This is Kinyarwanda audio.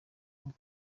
rugo